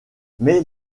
mais